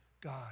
God